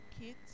kids